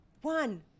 One